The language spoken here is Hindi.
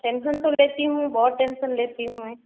टेंसन तो लेती हूँ बहुत टेंशन लेती हूँ मैं